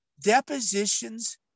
depositions